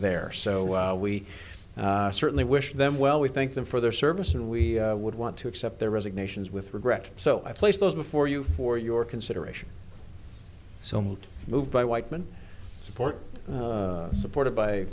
there so we certainly wish them well we thank them for their service and we would want to accept their resignations with regret so i place those before you for your consideration so much moved by whiteman support supported by